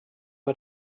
bei